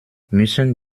müssen